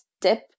step